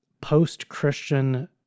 post-Christian